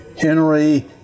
Henry